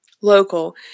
Local